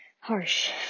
harsh